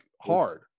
hard